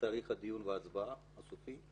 תאריך לדיון והצבעה סופי,